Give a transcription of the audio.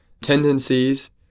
tendencies